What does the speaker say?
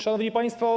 Szanowni Państwo!